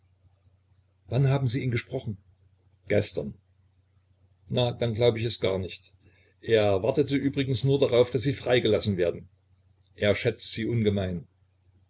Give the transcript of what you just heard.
wann haben sie ihn gesprochen gestern na dann glaub ich es gar nicht er wartete übrigens nur darauf daß sie freigelassen werden er schätzt sie ungemein